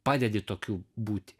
padedi tokiu būti